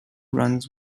runs